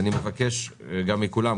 אני מבקש מכולם,